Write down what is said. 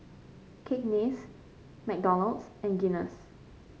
Cakenis McDonald's and Guinness